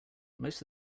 most